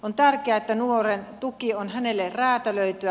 on tärkeää että nuoren tuki on hänelle räätälöityä